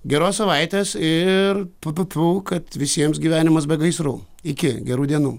geros savaitės ir tfu tfu tfu kad visiems gyvenimas be gaisrų iki gerų dienų